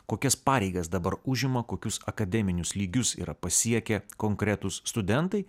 kokias pareigas dabar užima kokius akademinius lygius yra pasiekę konkretūs studentai